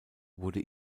wurde